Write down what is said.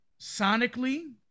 sonically